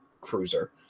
cruiser